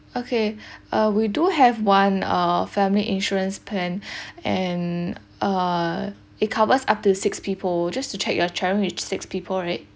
okay uh we do have one uh family insurance plan and uh it covers up to six people just to check your travelling with six people right